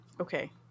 Okay